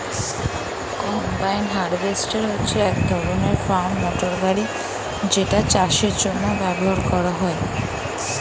combine harvester হচ্ছে এক ধরণের ফার্ম মোটর গাড়ি যেটা চাষের জন্য ব্যবহার হয়